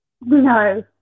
No